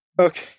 Okay